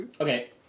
Okay